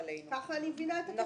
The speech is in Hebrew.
כך אני מבינה את זה.